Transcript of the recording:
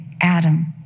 Adam